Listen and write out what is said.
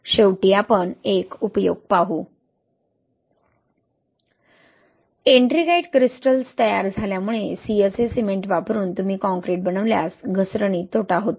शेवटी आपण एक उपयोग पाहू एट्रिंगाइट क्रिस्टल्स तयार झाल्यामुळे CSA सिमेंट वापरून तुम्ही काँक्रीट बनवल्यास घसरणीत तोटा होतो